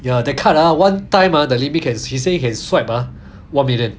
ya that card ah one time ah the limit can he say can swipe ah one million